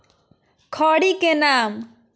खड़ी के नाम?